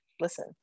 listen